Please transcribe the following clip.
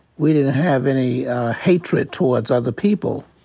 we didn't have any hatred towards other people.